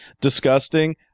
disgusting